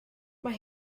mae